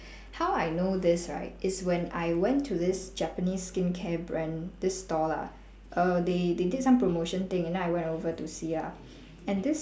how I know this right is when I went to this japanese skincare brand this store lah err they they did some promotion thing and then I went over to see ah and this